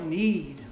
need